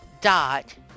dot